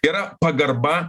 yra pagarba mažumai